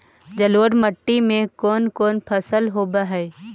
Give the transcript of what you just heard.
जलोढ़ मट्टी में कोन कोन फसल होब है?